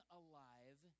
alive